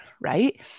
right